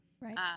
right